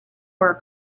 were